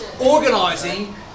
organising